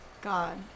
God